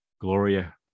Gloria